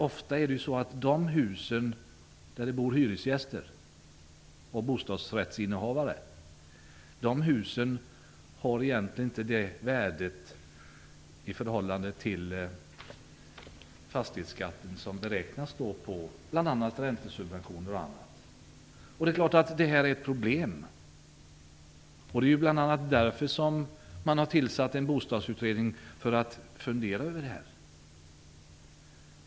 Ofta har ju inte de hus där det bor hyresgäster och bostadsrättsinnehavare ett värde som står i förhållande till fastighetsskatten, som beräknas på bl.a. räntesubventioner. Det är klart att det här är ett problem. Det är bl.a. därför man har tillsatt en bostadsutredning som skall fundera över det här.